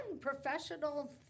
professional